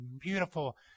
beautiful